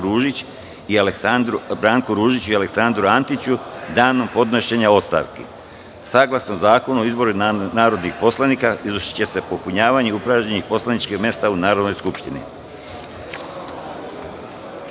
Branku Ružiću i Aleksandru Antiću, danom podnošenja ostavki. Saglasno Zakonu o izboru narodnih poslanika, izvršiće se popunjavanje upražnjenih poslaničkih mesta u Narodnoj skupštini. Pošto